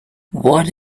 what